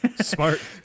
Smart